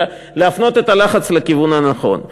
אלא להפנות את הלחץ לכיוון הנכון.